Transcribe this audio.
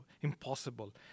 Impossible